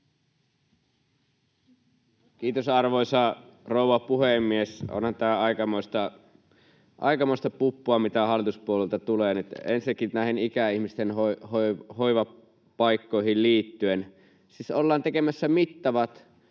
Kiitos, arvoisa rouva puhemies! Onhan tämä aikamoista puppua, mitä hallituspuolueilta tulee. Ensinnäkin näihin ikäihmisten hoivapaikkoihin liittyen: Siis ollaan tekemässä mittavat